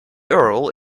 earl